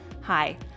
Hi